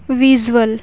visual